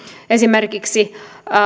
esimerkiksi